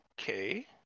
okay